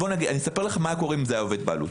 אומר לכם מה היה קורה אם זה היה עובד בעלות.